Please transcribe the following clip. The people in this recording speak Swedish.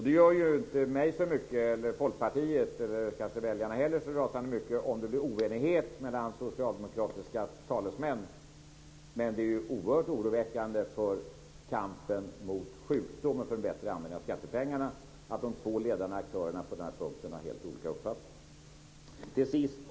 Det gör ju inte mig, inte Folkpartiet och inte väljarna så mycket om det blir oenighet mellan socialdemokratiska talesmän, men det är oerhört oroväckande för kampen mot sjukdom och för ett bättre användande av skattepengar att de två ledande aktörerna har helt olika uppfattning på den här punkten.